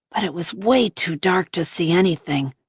but it was way too dark to see anything.